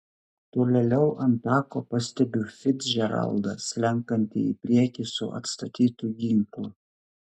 tolėliau ant tako pastebiu ficdžeraldą slenkantį į priekį su atstatytu ginklu